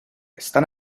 están